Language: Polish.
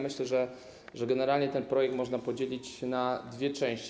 Myślę, że generalnie ten projekt można podzielić na dwie części.